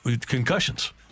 concussions